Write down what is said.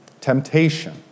temptation